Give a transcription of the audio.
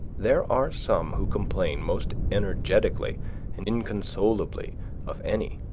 there are some who complain most energetically and inconsolably of any,